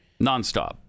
Nonstop